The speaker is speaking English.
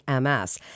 MS